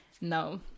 No